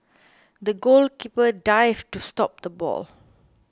the goalkeeper dived to stop the ball